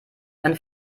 einen